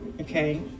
okay